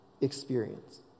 experience